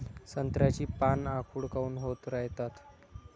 संत्र्याची पान आखूड काऊन होत रायतात?